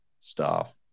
staff